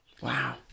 Wow